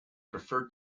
preferred